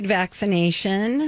vaccination